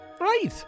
Right